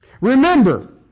Remember